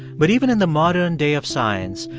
but even in the modern day of science,